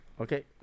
okay